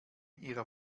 ihrer